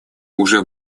уже